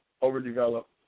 overdeveloped